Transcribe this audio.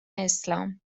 اسلام